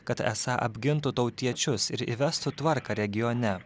kad esą apgintų tautiečius ir įvestų tvarką regione